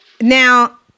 Now